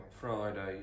Friday